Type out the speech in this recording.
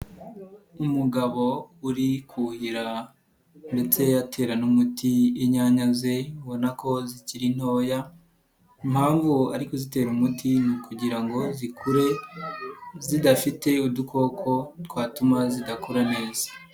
Umugabo uri kuhira ndetse atera n'umuti inyanya ze ubona ko zikiri ntoya, impamvu ari kuzitera umuti ni ukugira ngo zikure zidafite udukoko twatuma zidakura neza.